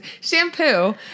Shampoo